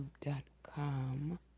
YouTube.com